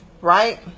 Right